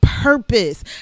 purpose